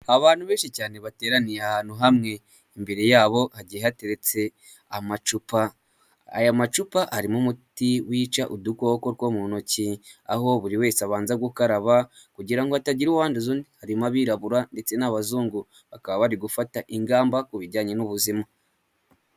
Abantu benshi cyane bateraniye ahantu hamwe, imbere yabo hagiye hateretse amacupa. Aya macupa arimo umuti wica udukoko two mu ntoki, aho buri wese abanza gukaraba kugira ngo hatagira uwanduza undi. Harimo abirabura ndetse n'abazungu, bakaba bari gufata ingamba ku bijyanye n'ubuzima.